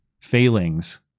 failings